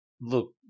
look